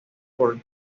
por